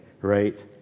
right